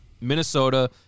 Minnesota